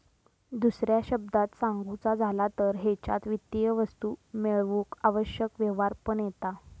दुसऱ्या शब्दांत सांगुचा झाला तर हेच्यात वित्तीय वस्तू मेळवूक आवश्यक व्यवहार पण येता